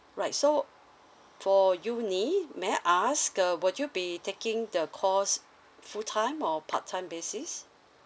right so for uni may I ask uh would you be taking the course full time or part time basis